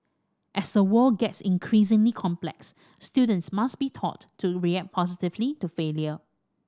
as the world gets increasingly complex students must be taught to react positively to failure